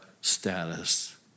status